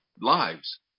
lives